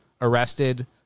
arrested